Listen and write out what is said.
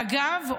אגב,